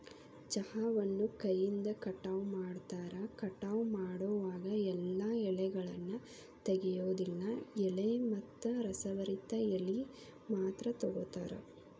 ಚಹಾವನ್ನು ಕೈಯಿಂದ ಕಟಾವ ಮಾಡ್ತಾರ, ಕಟಾವ ಮಾಡೋವಾಗ ಎಲ್ಲಾ ಎಲೆಗಳನ್ನ ತೆಗಿಯೋದಿಲ್ಲ ಎಳೆ ಮತ್ತ ರಸಭರಿತ ಎಲಿ ಮಾತ್ರ ತಗೋತಾರ